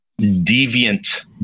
deviant